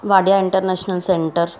Wadia international centre